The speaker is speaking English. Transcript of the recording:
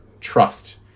trust